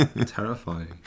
terrifying